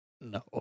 No